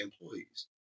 Employees